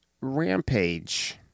Rampage